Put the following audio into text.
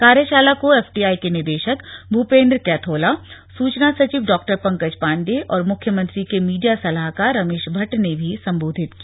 कार्यशाला को F TI के निदेशक भूपेन्द्र कैथौला और सूचना सचिव डॉक्टर पंकज पाण्डेय और मुख्यमंत्री के मीडिया सलाहकार रमेश भट्ट ने भी संबोधित किया